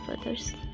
others